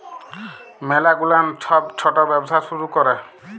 ম্যালা গুলান ছব ছট ব্যবসা শুরু ক্যরে